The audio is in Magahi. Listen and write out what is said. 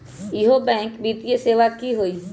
इहु बैंक वित्तीय सेवा की होई?